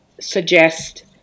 suggest